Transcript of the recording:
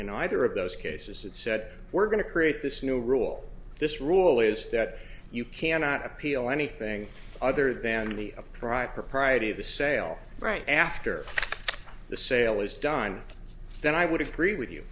in either of those cases that said we're going to create this new rule this rule is that you cannot appeal anything other than the upright propriety of the sale right after the sale is done then i would